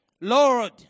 Lord